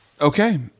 Okay